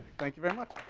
thank you very much,